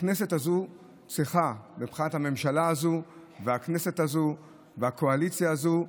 מבחינת הממשלה הזאת והקואליציה הזאת,